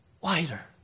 wider